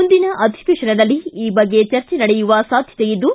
ಮುಂದಿನ ಅಧಿವೇಶನದಲ್ಲಿ ಈ ಬಗ್ಗೆ ಚರ್ಚೆ ನಡೆಯುವ ಸಾಧ್ಯತೆಯಿದ್ದು